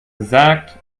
gesagt